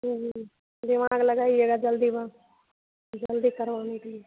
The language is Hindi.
जी दिमाग लगाइएगा जल्दी बन जल्दी करवाने के लिए